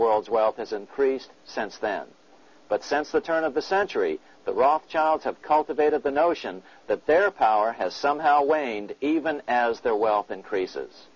world's wealth is increased since then but since the turn of the century the rothschilds have cultivated the notion that their power has somehow waned even as their wealth increases